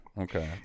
okay